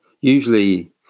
usually